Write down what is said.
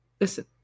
Listen